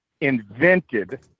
invented